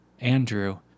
Andrew